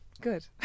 Good